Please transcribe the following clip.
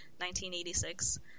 1986